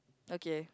okay